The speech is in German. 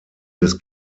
des